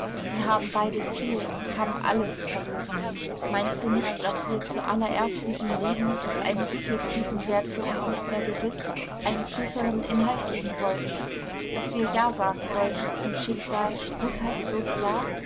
wir haben beide viel haben alles verloren meinst du nicht daß wir zu allererst diesem leben das einen subjektiven wert für uns nicht mehr besitzt einen tieferen inhalt geben sollten daß wir ja sagen sollten zum schicksal rückhaltlos ja